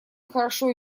хорошо